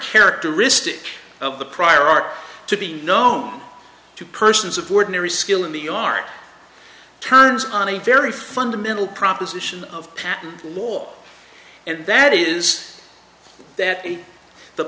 characteristic of the prior art to be known to persons of ordinary skill in the yard turns on a very fundamental proposition of patent law and that is that the